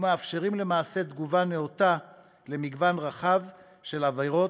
ומאפשרים למעשה תגובה נאותה על מגוון רחב של עבירות,